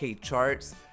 charts